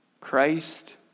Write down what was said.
Christ